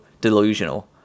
delusional